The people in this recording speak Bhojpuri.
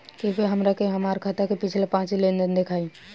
कृपया हमरा के हमार खाता के पिछला पांच लेनदेन देखाईं